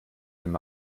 dem